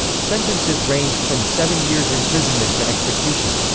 sentences ranged from seven years' imprisonment to execution.